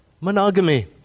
monogamy